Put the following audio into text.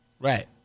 Right